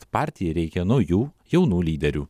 partijai reikia naujų jaunų lyderių